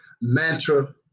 mantra